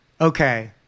Okay